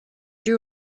you